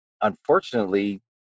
Unfortunately